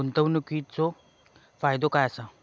गुंतवणीचो फायदो काय असा?